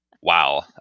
wow